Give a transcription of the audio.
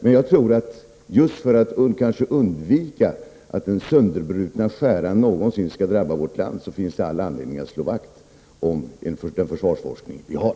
Men för att undvika att den sönderbrutna skäran någonsin skall drabba vårt land finns det all anledning att slå vakt om den försvarsforskning vi har.